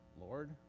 Lord